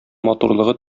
матурлыгы